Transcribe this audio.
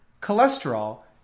cholesterol